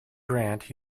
grant